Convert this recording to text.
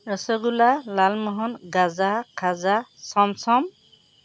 rasgulla lalmohan gaja khaja chamcham